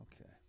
Okay